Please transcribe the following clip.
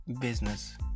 business